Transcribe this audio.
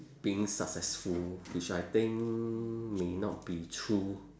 being successful which I think may not be true